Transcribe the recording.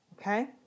Okay